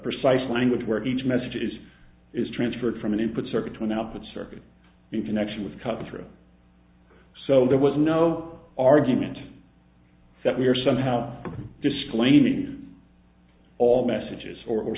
precise language where each message is is transferred from an input circuit to an output circuit in connection with cut through so there was no argument that we're somehow disclaiming all messages or